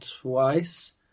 twice